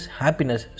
happiness